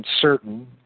certain